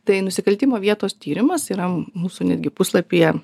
tai nusikaltimo vietos tyrimas yra mūsų netgi puslapyje